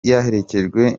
yaherekejwe